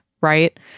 right